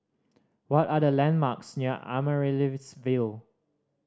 what are the landmarks near Amaryllis Ville